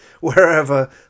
wherever